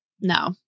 No